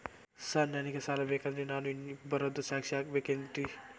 Sir ನನಗೆ ಸಾಲ ಬೇಕಂದ್ರೆ ನಾನು ಇಬ್ಬರದು ಸಾಕ್ಷಿ ಹಾಕಸಬೇಕೇನ್ರಿ?